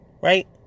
right